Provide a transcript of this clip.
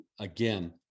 again